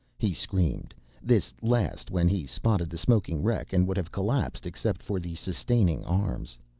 he screamed this last when he spotted the smoking wreck and would have collapsed except for the sustaining arms.